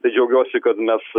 tai džiaugiuosi kad mes